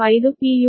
15 p